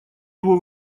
его